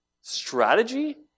strategy